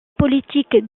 politique